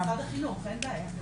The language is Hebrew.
משרד החינוך, אין בעיה.